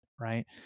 right